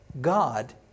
God